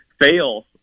fail